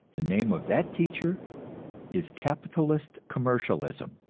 the name of that teacher is capitalist commercialism,